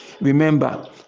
Remember